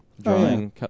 drawing